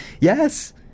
Yes